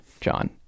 john